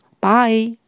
Bye